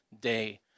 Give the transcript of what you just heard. day